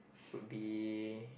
would be